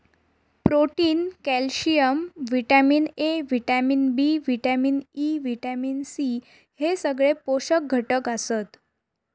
protein, calcium, vitamin A, vitamin B, vitamin E, vitamin C हे सगळे पोषक घटक आसत